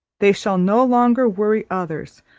they shall no longer worry others,